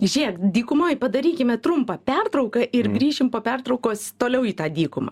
žėk dykumoj padarykime trumpą pertrauką ir grįšim po pertraukos toliau į tą dykumą